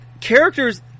characters